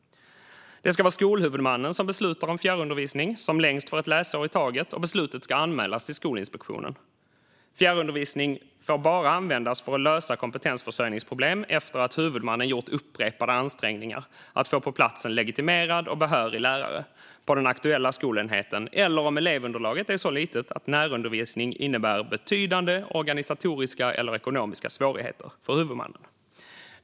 Det ska vara skolhuvudmannen som beslutar om fjärrundervisning, som längst för ett läsår i taget, och beslutet ska anmälas till Skolinspektionen. Fjärrundervisning får bara användas för att lösa kompetensförsörjningsproblem efter att huvudmannen har gjort upprepade ansträngningar att få på plats en legitimerad och behörig lärare på den aktuella skolenheten eller om elevunderlaget är så litet att närundervisning innebär betydande organisatoriska eller ekonomiska svårigheter för huvudmannen.